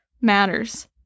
matters